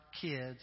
kids